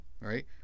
right